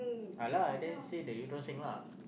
ah lah then say the Eu-Tong-Seng lah